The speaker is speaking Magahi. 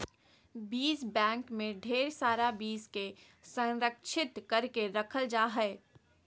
बीज बैंक मे ढेर सारा बीज के संरक्षित करके रखल जा हय